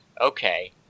Okay